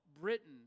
Britain